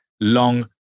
long